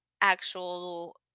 actual